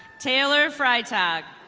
taylor freitag.